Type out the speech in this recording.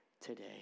today